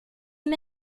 him